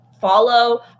follow